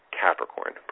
Capricorn